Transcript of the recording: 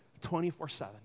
24-7